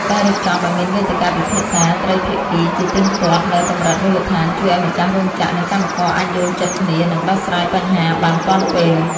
ការរៀបចំឱ្យមានវេទិកាពិភាក្សាត្រីភាគីជាទៀងទាត់នៅកម្រិតមូលដ្ឋាន ជួយឱ្យម្ចាស់រោងចក្រ និងកម្មករអាចយល់ចិត្តគ្នា និងដោះស្រាយបញ្ហាបានទាន់ពេល។